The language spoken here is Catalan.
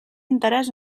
interès